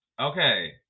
Okay